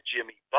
Jimmy